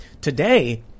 today